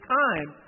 time